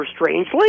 strangely